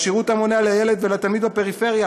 השירות המונע לילד ולתלמיד בפריפריה.